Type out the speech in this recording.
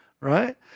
right